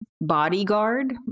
bodyguard